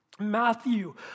Matthew